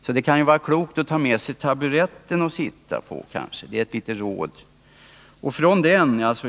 Det kan alltså vara klokt att ta med sig statsrådstaburetten att sitta på; det är ett litet råd.